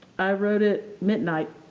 i wrote it midnight,